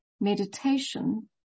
meditation